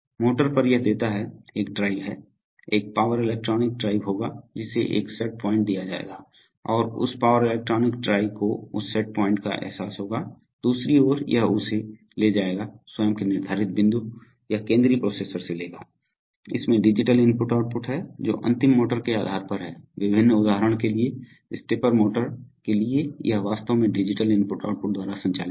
motor पर यह देता है एक ड्राइव है एक पावर इलेक्ट्रॉनिक ड्राइव होगा जिसे एक सेट पॉइंट दिया जाएगा और उस पावर इलेक्ट्रॉनिक ड्राइव को उस सेट पॉइंट का एहसास होगा दूसरी ओर यह उसे ले जाएगा स्वयं के निर्धारित बिंदु यह केंद्रीय प्रोसेसर से लेगा इसमें डिजिटल IO है जो अंतिम मोटर के आधार पर है विभिन्न उदाहरण के लिए स्टेपर मोटर के लिए यह वास्तव में डिजिटल IO द्वारा संचालित है